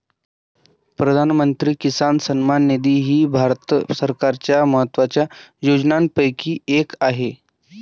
प्रधानमंत्री किसान सन्मान निधी ही भारत सरकारच्या महत्वाच्या योजनांपैकी एक आहे